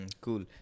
cool